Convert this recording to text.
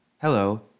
Hello